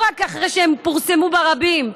לא רק אחרי שפורסמו ברבים,